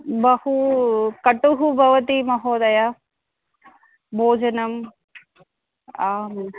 बहुकटुः भवति महोदय भोजनम् आम्